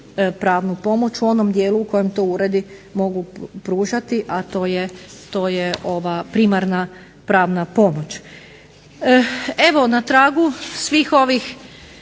pravnu pomoć u onom dijelu u kojem to uredi mogu pružati, a to je primarna pravna pomoć. Evo na tragu svih ovih